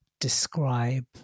describe